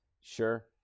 Sure